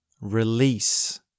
Release